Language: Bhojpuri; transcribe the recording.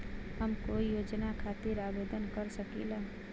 हम कोई योजना खातिर आवेदन कर सकीला?